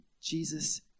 Jesus